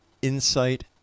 insight